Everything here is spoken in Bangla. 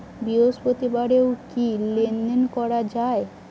বৃহস্পতিবারেও কি লেনদেন করা যায়?